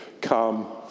come